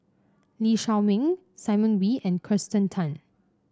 Lee Shao Meng Simon Wee and Kirsten Tan